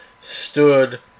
stood